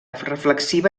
reflexiva